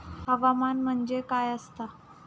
हवामान म्हणजे काय असता?